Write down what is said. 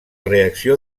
reacció